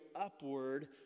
upward